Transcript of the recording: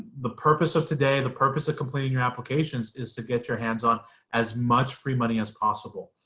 the purpose of today, the purpose of completing your applications is to get your hands on as much free money as possible